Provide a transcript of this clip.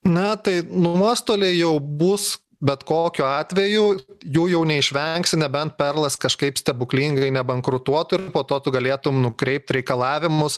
na tai nuostoliai jau bus bet kokiu atveju jų jau neišvengsi nebent perlas kažkaip stebuklingai nebankrutuotų ir po to tu galėtum nukreipt reikalavimus